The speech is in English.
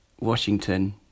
Washington